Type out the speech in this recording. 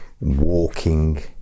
walking